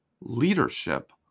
leadership